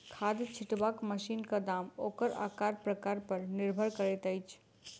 खाद छिटबाक मशीनक दाम ओकर आकार प्रकार पर निर्भर करैत अछि